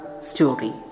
story